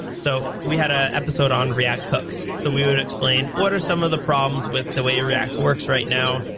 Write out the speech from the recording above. so we had ah an episode on react hooks. so we would explain what are some of the problems with the way react works right now?